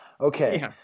Okay